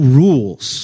rules